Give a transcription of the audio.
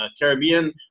Caribbean